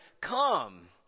Come